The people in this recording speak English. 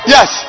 Yes